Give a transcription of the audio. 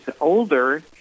older